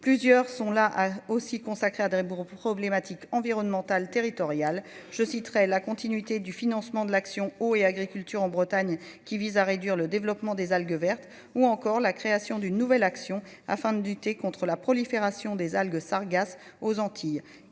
plusieurs sont là aussi consacré à Adré bourreaux problématiques environnementales territoriale je citerai la continuité du financement de l'action oh et agriculture en Bretagne, qui vise à réduire le développement des algues vertes ou encore la création d'une nouvelle action afin de lutter contre la prolifération des algues Sargasses aux Antilles